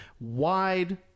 Wide